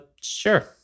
Sure